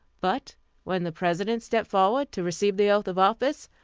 but when the president stepped forward to receive the oath of office,